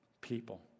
people